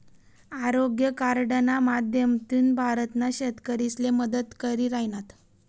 आरोग्य कार्डना माध्यमथीन भारतना शेतकरीसले मदत करी राहिनात